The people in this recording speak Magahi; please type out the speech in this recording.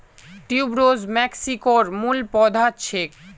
ट्यूबरोज मेक्सिकोर मूल पौधा छेक